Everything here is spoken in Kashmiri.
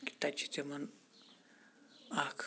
تَتہِ چھِ تِمَن اَکھ